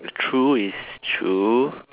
true it's true